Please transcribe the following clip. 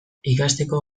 ikasteko